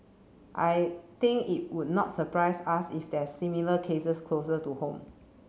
I think it would not surprise us if there are similar cases closer to home